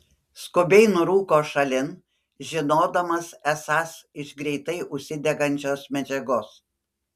skubiai nurūko šalin žinodamas esąs iš greitai užsidegančios medžiagos